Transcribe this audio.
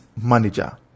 manager